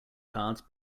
cards